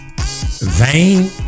Vain